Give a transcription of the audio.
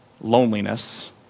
loneliness